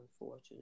unfortunate